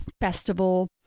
festival